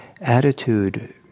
attitude